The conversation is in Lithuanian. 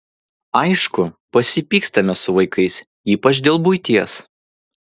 aišku pasipykstame su vaikais ypač dėl buities